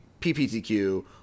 PPTQ